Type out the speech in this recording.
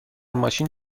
ماشین